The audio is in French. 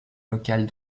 locale